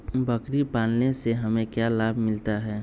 बकरी पालने से हमें क्या लाभ मिलता है?